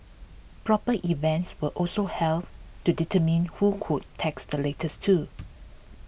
proper events were also held to determine who could text the fastest too